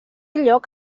lloc